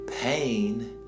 pain